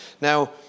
now